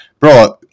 Bro